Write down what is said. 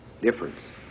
difference